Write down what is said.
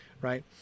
right